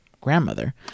grandmother